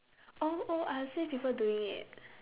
oh oh I have seen people doing it